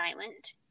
silent